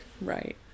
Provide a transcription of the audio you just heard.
Right